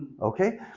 Okay